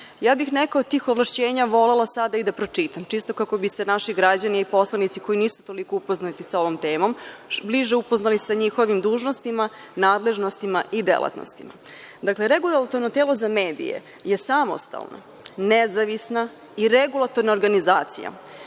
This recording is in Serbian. bih neke od tih ovlašćenja volela sada i da pročitam, čisto kako bi se naši građani i poslanici, koji nisu toliko upoznati sa ovom temom, bliže upoznali sa njihovim dužnostima, nadležnostima i delatnostima. Dakle, Regulatorno telo za medije je samostalna, nezavisna i regulatorna organizacija